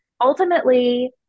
Ultimately